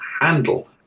handle